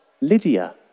Lydia